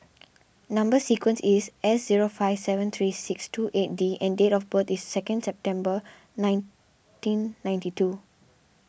Number Sequence is S zero five seven three six two eight D and date of birth is second September nineteen ninety two